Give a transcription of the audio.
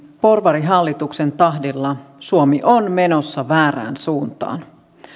porvarihallituksen tahdilla suomi on menossa väärään suuntaan